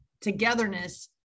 togetherness